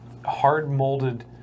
hard-molded